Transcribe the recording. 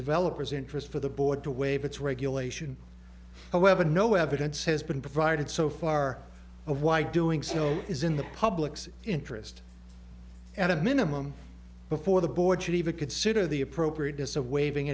developer's interest for the board to waive its regulation however no evidence has been provided so far of why doing so is in the public's interest at a minimum before the board should even consider the appropriateness of waiving